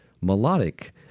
melodic